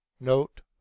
Note